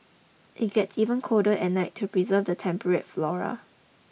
it gets even colder at night to preserve the temperate flora